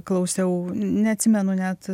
klausiau neatsimenu net